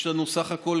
יש לנו סך הכול